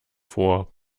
vor